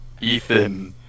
Ethan